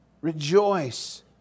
Rejoice